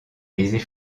baiser